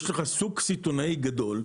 יש לך שוק סיטונאי גדול.